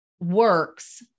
works